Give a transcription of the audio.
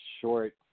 short